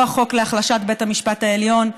לא החוק להחלשת בית המשפט העליון,